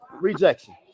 Rejection